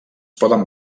poden